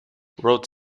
wrote